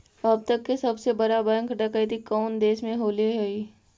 अब तक के सबसे बड़ा बैंक डकैती कउन देश में होले हइ?